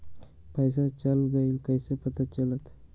पैसा चल गयी कैसे पता चलत?